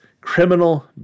Criminal